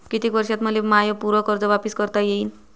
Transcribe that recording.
कितीक वर्षात मले माय पूर कर्ज वापिस करता येईन?